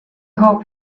hope